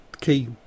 key